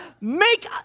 make